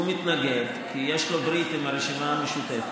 הוא מתנגד כי יש לו ברית עם הרשימה המשותפת,